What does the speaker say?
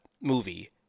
movie